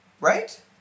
Right